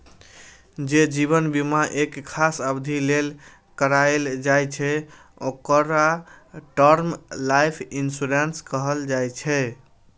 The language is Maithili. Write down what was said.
जे जीवन बीमा एक खास अवधि लेल कराएल जाइ छै, ओकरा टर्म लाइफ इंश्योरेंस कहल जाइ छै